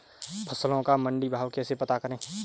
फसलों का मंडी भाव कैसे पता करें?